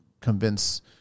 convince